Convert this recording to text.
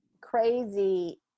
crazy